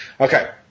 Okay